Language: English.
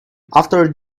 after